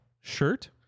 shirt